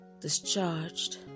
discharged